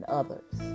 others